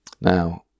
Now